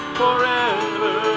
forever